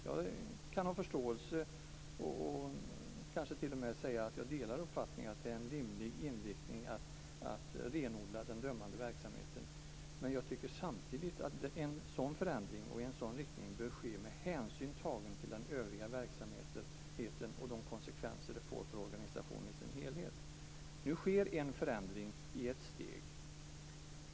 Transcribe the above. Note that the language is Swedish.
Jag kan ha förståelse för - kanske kan jag t.o.m. säga att jag delar den uppfattningen - att det är en rimlig inriktning att renodla den dömande verksamheten. Men samtidigt tycker jag att en förändring i en sådan riktning bör ske med hänsyn tagen till övrig verksamhet och till de konsekvenser som detta får för organisationen som helhet. Nu sker en förändring i ett steg.